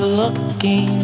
looking